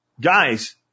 guys